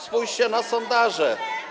Spójrzcie na sondaże.